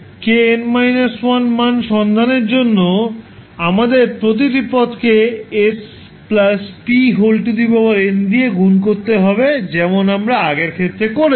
kn−1 এর মান সন্ধানের জন্য আমাদের প্রতিটি পদকে s pn দিয়ে গুণ করতে হবে যেমন আমরা আগের ক্ষেত্রে করেছি